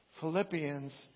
Philippians